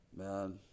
Man